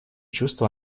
чувства